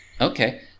Okay